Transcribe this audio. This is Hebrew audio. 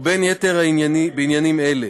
ובין היתר בעניינים האלה: